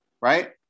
right